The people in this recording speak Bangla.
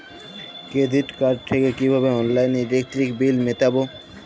ক্রেডিট কার্ড থেকে কিভাবে অনলাইনে ইলেকট্রিক বিল মেটাবো?